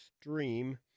Stream